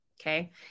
okay